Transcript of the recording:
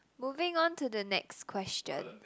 moving on to the next question